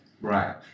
Right